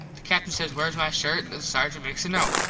the captin says wheres my shirt an the sargent makes a note.